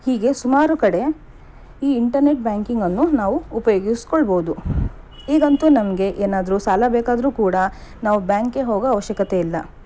ಹೀಗೆ ಸುಮಾರು ಕಡೆ ಈ ಇಂಟರ್ನೆಟ್ ಬ್ಯಾಂಕಿಂಗನ್ನು ನಾವು ಉಪಯೋಗಿಸ್ಕೊಳ್ಬೌದು ಈಗಂತೂ ನಮಗೆ ಏನಾದ್ರೂ ಸಾಲ ಬೇಕಾದರೂ ಕೂಡ ನಾವು ಬ್ಯಾಂಕ್ಗೆ ಹೋಗೋ ಅವಶ್ಯಕತೆ ಇಲ್ಲ